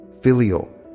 filial